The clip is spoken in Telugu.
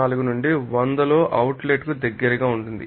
4 నుండి 100 లో అవుట్లెట్కు దగ్గరగా ఉంటుంది